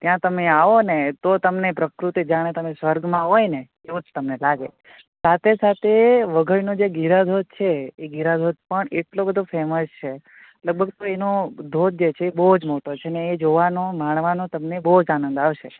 ત્યાં તમે આવોને તો તમને પ્રકૃતિ જાણે તમે સ્વર્ગમાં હોયને એવું જ તમને લાગે સાથે સાથે વઘઈનો જે ગીરા ધોધ છે એ ગીરા ધોધ પણ એટલો બધો ફેમસ છે લગભગ એનો ધોધ જે છે બહુ જ મોટો છે ને એ જોવાનો ને માણવાનો તમને બહુ જ આનંદ આવશે